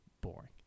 boring